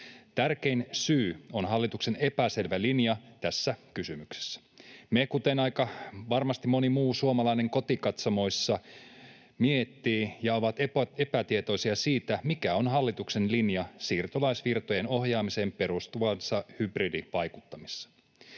Tärkein syy on hallituksen epäselvä linja tässä kysymyksessä. Me, kuten aika varmasti moni muu suomalainen kotikatsomoissa, mietimme ja olemme epätietoisia siitä, mikä on hallituksen linja siirtolaisvirtojen ohjaamiseen perustuvassa hybridivaikuttamisessa,